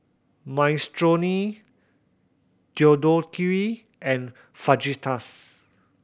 Minestrone Deodeok Gui and Fajitas